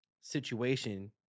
situation